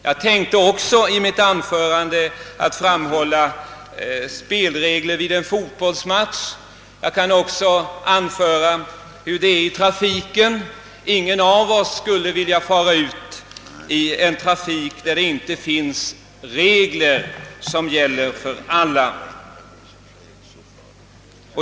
Jag tänkte också i mitt anförande framhålla spelreglerna vid en fotbollsmatch. Jag kan också anföra hur det är i trafiken. Ingen av oss skulle vilja fara ut i en trafik där det inte finns regler som gäller för alla.